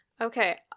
Okay